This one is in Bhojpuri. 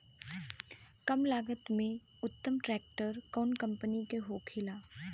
कम लागत में उत्तम ट्रैक्टर कउन कम्पनी के होखेला?